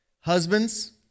husbands